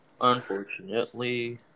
Unfortunately